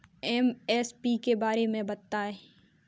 MSP के बारे में बतायें?